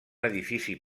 edifici